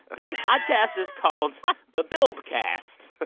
this podcast is called the bilbcast. but